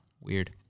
weird